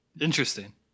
Interesting